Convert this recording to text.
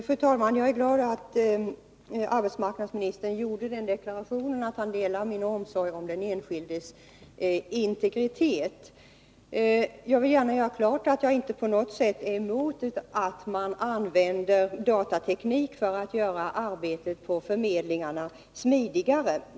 Fru talman! Jag är glad att arbetsmarknadsministern gjorde den deklarationen att han delar min omsorg om den enskildes integritet. Jag vill gärna göra klart att jag inte på något sätt är emot att man använder datateknik för att göra arbetet på förmedlingarna smidigare.